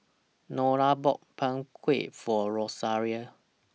Lona bought Png Kueh For Rosaria